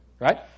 Right